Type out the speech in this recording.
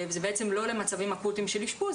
וזה בעצם לא למצבים אקוטיים של אשפוז,